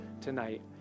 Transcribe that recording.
tonight